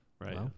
right